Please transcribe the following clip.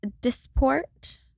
disport